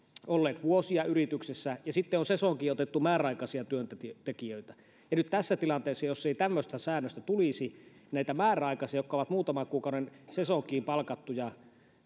olleet vuosia yrityksessä ja sitten on sesonkiin otettu määräaikaisia työntekijöitä ja nyt tässä tilanteessa jos ei tämmöistä säännöstä tulisi näitä määräaikaisia jotka ovat muutaman kuukauden sesonkiin palkattuja